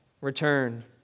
return